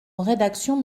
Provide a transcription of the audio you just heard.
rédaction